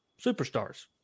superstars